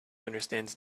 understands